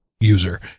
User